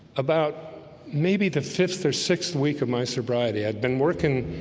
about maybe the fifth or sixth week of my sobriety. i had been working